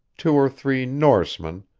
two or three norsemen,